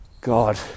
God